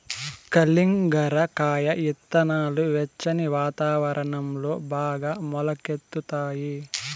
కలింగర కాయ ఇత్తనాలు వెచ్చని వాతావరణంలో బాగా మొలకెత్తుతాయి